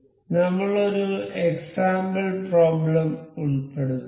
അതിനാൽനമ്മൾ ഒരു example problem ഉൾപ്പെടുത്തുന്നു